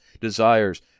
desires